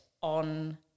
on